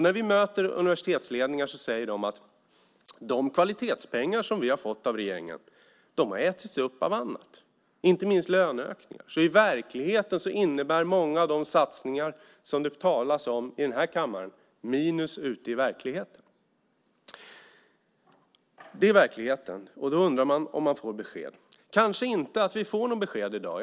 När vi möter universitetsledningar säger de att de kvalitetspengar som de har fått av regeringen har ätits upp av annat, inte minst av löneökningar. I verkligheten innebär många av de satsningar som det talas om i den här kammaren minus ute i verkligheten. Det är verkligheten. Då undrar man om man får besked. Kanske vi inte får något besked i dag.